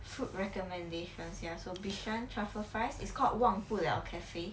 food recommendations ya so bishan truffle fries is called 忘不了 cafe